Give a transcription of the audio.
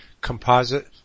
composite